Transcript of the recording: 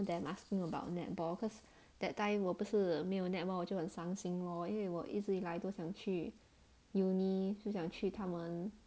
them asking about netball cause that time 我不是没有 netball 我就很伤心 lor 因为我一直以来都想去 uni 就想去他们